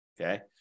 Okay